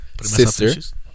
sister